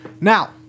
Now